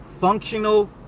functional